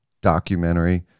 documentary